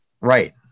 right